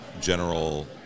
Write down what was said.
general